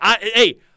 Hey